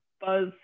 buzz